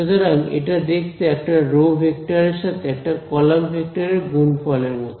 সুতরাং এটা দেখতে একটা রো ভেক্টর এর সাথে একটা কলাম ভেক্টর এর গুণফলের মত